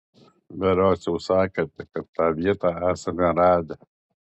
berods jau sakėte kad tą vietą esame radę